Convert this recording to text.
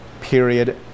period